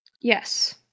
Yes